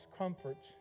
comfort